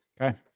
Okay